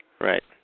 Right